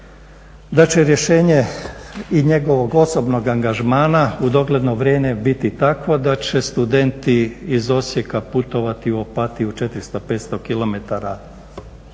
da će rješenje i njegovog osobnog angažmana u dogledno vrijeme biti takvo da će studenti iz Osijeka putovati u Opatiju, 400, 500 km